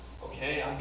Okay